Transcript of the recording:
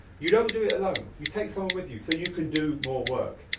you don't do it alone. you take someone with you, so you can do more work.